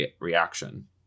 reaction